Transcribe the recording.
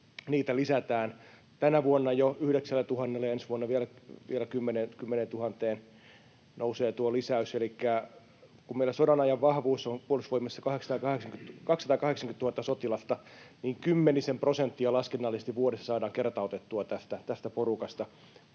lisätään tänä vuonna jo 9 000:lla, ja ensi vuonna vielä 10 000:een nousee tuo lisäys. Elikkä kun meillä sodanajan vahvuus on Puolustusvoimissa 280 000 sotilasta, niin kymmenisen prosenttia laskennallisesti vuodessa saadaan kertautettua tästä porukasta,